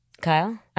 Kyle